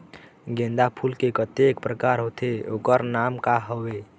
गेंदा फूल के कतेक प्रकार होथे ओकर नाम का हवे?